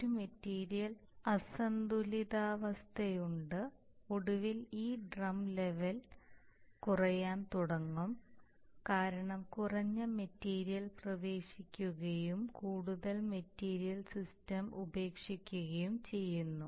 ഒരു മെറ്റീരിയൽ അസന്തുലിതാവസ്ഥയുണ്ട് ഒടുവിൽ ഈ ഡ്രം ലെവൽ കുറയാൻ തുടങ്ങണം കാരണം കുറഞ്ഞ മെറ്റീരിയൽ പ്രവേശിക്കുകയും കൂടുതൽ മെറ്റീരിയൽ സിസ്റ്റം ഉപേക്ഷിക്കുകയും ചെയ്യുന്നു